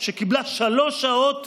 שקיבלה שלוש שעות